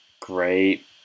great